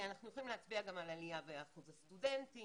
אנחנו יכולים להצביע גם על עלייה באחוז הסטודנטים,